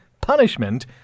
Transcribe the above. punishment